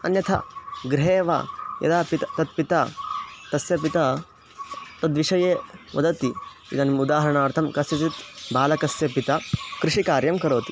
अन्यथा गृहे एव यदा पित तत् पिता तस्य पिता तद्विषये वदति इदानिम् उदाहरणार्थं कस्यचित् बालकस्य पिता कृषिकार्यं करोति